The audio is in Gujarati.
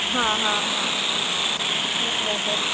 હા હા હા બરાબર